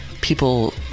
people